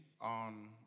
on